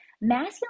Masculine